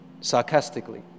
sarcastically